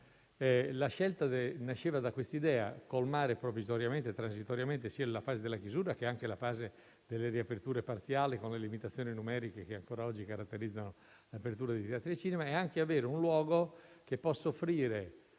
La scelta nasceva dall'idea di colmare provvisoriamente e transitoriamente la fase sia della chiusura che delle riaperture parziali con le limitazioni numeriche che ancora oggi caratterizzano l'apertura dei teatri e dei cinema; e ciò anche per avere un luogo che possa offrire